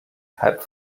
kalb